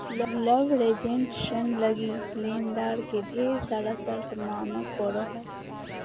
leveraged ऋण लगी लेनदार के ढेर सारा शर्त माने पड़ो हय